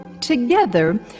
Together